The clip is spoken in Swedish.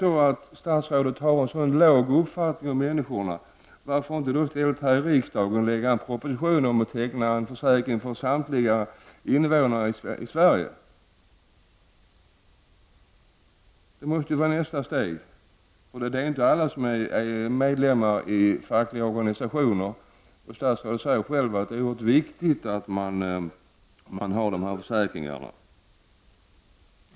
Om nu statsrådet har så låga tankar om människorna, varför då inte lägga fram en proposition om att försäkringar skall tecknas för samtliga invånare i Sverige? Det måste bli nästa steg, för alla är ju inte medlemmar i fackliga organisationer. Statsrådet säger ju själv att det är oerhört viktigt med sådana här försäkringar.